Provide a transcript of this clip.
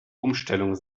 umstellung